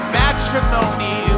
matrimony